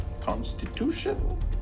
constitution